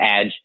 edge